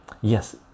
yes